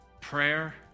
prayer